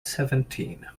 seventeen